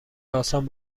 آسان